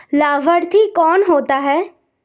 लाभार्थी कौन होता है?